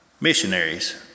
missionaries